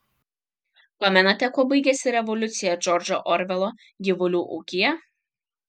pamenate kuo baigėsi revoliucija džordžo orvelo gyvulių ūkyje